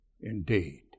indeed